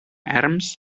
erms